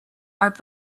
are